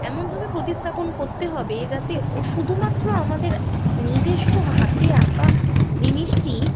এমনভাবে প্রতিস্থাপন করতে হবে যাতে ও শুধুমাত্র আমাদের নিজস্ব হাতে আঁকা জিনিসটি